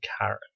Karen